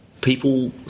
People